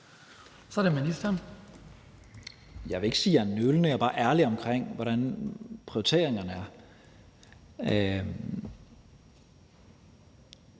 (Mattias Tesfaye): Jeg vil ikke sige, at jeg er nølende. Jeg er bare ærlig omkring, hvordan prioriteringerne er.